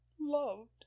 loved